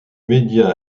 média